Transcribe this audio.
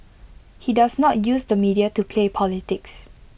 he does not use the media to play politics